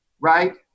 right